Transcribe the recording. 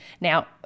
Now